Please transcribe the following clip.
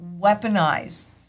weaponize